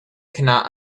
cannot